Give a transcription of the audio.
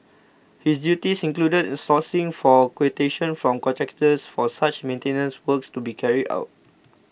his duties included sourcing for quotations from contractors for such maintenance works to be carried out